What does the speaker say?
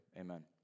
Amen